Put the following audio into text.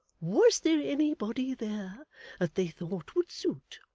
was there anybody there that they thought would suit?